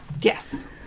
Yes